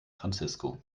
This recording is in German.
francisco